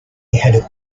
had